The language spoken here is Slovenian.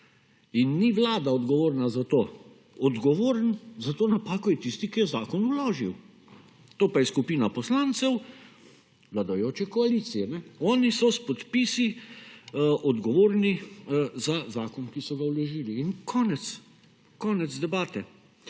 in ni Vlada odgovorna za to. Odgovoren za to napako je tisti, ki je zakon vložil, to pa je skupina poslancev vladajoče koalicije. Oni so s podpisi odgovorni za zakon, ki so ga vložili in konec, konec debate.